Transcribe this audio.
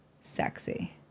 sexy